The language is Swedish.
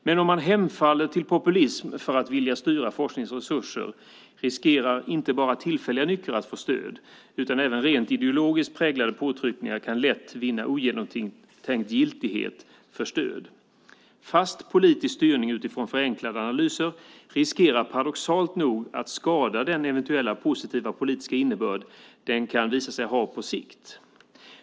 Men om man hemfaller till populism för att vilja styra forskningens resurser riskerar inte bara tillfälliga nycker att få stöd utan även rent ideologiskt präglade påtryckningar kan lätt vinna ogenomtänkt giltighet för stöd. En fast politisk styrning utifrån förenklade analyser riskerar paradoxalt nog att skada den eventuella positiva politiska innebörd den kan visa sig ha på sikt.